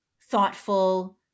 thoughtful